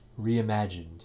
reimagined